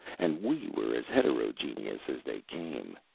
and we were as heterogeneous as they came.